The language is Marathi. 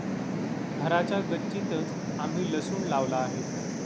घराच्या गच्चीतंच आम्ही लसूण लावला आहे